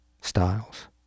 styles